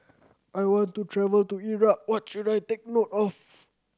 I want to travel to Iraq what should I take note of